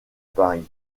paris